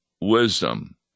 wisdom